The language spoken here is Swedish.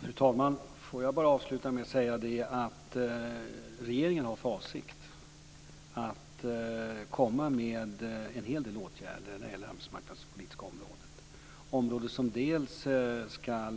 Fru talman! Jag vill avslutningsvis säga att regeringen har för avsikt att komma med en hel del åtgärder på det arbetsmarknadspolitiska området. Det är åtgärder som dels ska